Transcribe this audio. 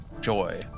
joy